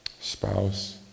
Spouse